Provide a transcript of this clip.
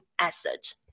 asset